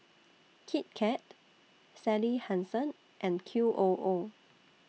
Kit Kat Sally Hansen and Qoo